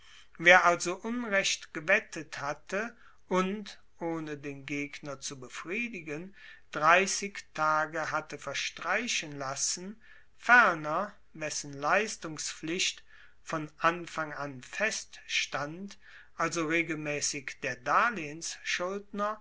wer also unrecht gewettet hatte und ohne den gegner zu befriedigen dreissig tage hatte verstreichen lassen ferner wessen leistungspflicht von anfang an feststand also regelmaessig der